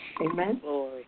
Amen